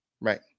Right